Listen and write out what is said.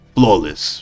Flawless